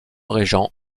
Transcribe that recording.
régent